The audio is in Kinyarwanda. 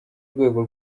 rwego